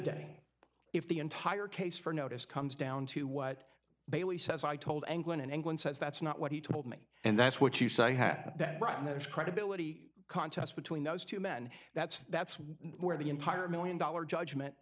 day if the entire case for notice comes down to what bailey says i told anglin and anyone says that's not what he told me and that's what you say right now it's credibility contest between those two men that's that's where the entire one million dollars judgment